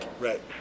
Right